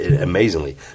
amazingly